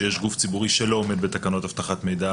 שיש גוף ציבורי שלא עומד בתקנות אבטחת מידע,